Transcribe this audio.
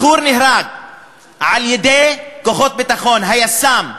בחור נהרג על-ידי כוחות הביטחון, היס"מ.